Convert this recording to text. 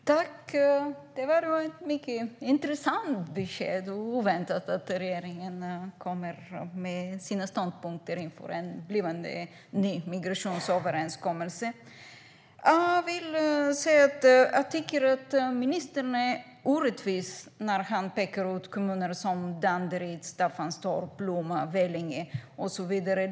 Fru talman! Det var ett mycket intressant och oväntat besked att regeringen kommer med sina ståndpunkter inför en blivande ny migrationsöverenskommelse. Jag tycker att ministern är orättvis när han pekar ut kommuner som Danderyd, Staffanstorp, Lomma, Vellinge och så vidare.